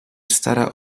stara